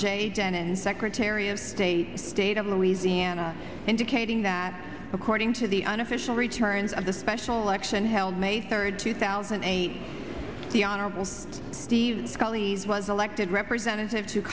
s n n secretary of state state of louisiana indicating that according to the unofficial returns of the special election held may third two thousand and eight the honorable the gulleys was elected representative to